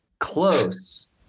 Close